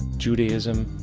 judaism,